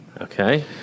Okay